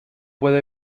puedo